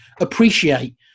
appreciate